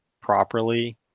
properly